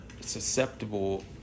susceptible